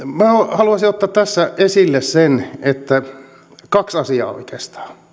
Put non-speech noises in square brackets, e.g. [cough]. haluaisin ottaa tässä esille kaksi asiaa oikeastaan [unintelligible]